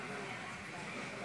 60 נגד.